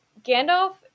Gandalf